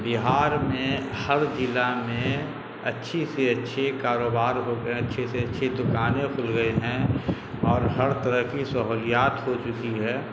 بہار میں ہر ضلع میں اچھی سے اچھی کاروبار ہو گئے اچھی سے اچھی دکانیں کھل گئے ہیں اور ہر طرح کی سہولیات ہو چکی ہے